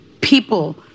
people